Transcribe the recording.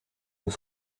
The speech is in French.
nous